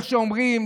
איך שאומרים,